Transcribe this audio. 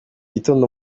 gitondo